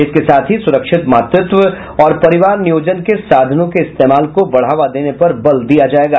इसके साथ ही सुरक्षित मातृत्व और परिवार नियोजन के साधनों के इस्तेमाल को बढ़ावा देने पर बल दिया जायेगा